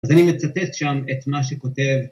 אז אני מצטט שם את מה שכותב